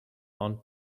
aunt